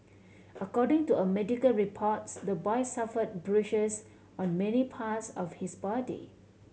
according to a medical reports the boy suffered bruises on many parts of his body